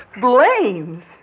Blames